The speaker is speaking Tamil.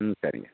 ம் சரிங்க